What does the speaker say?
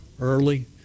early